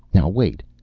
now wait.